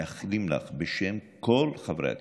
מאחלים לך בשם כל חברי הכנסת,